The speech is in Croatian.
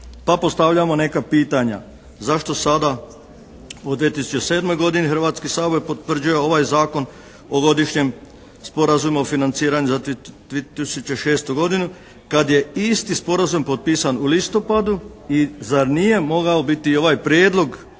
Pa postavljamo neka pitanja. Zašto sada u 2007. godini Hrvatski sabor potvrđuje ovaj Zakon o godišnjem sporazumu o financiranju za 2006. godinu kad je isti sporazum potpisan u listopadu i zar nije mogao biti i ovaj Prijedlog